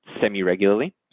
semi-regularly